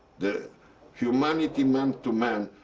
the humanity, man to man,